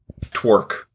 Twerk